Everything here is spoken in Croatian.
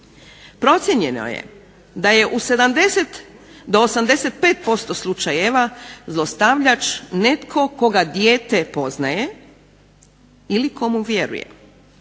Procijenjeno je da je u do 85% slučajeva zlostavljač netko koga dijete poznaje ili komu vjeruje.